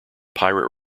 pirate